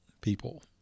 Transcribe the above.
people